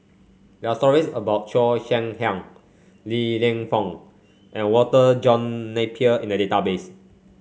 there are stories about Cheo Hiang Li Lienfung and Walter John Napier in the database